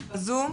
פרקליטות,